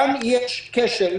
כאן יש כשל,